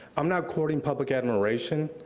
i'm not courting public admiration,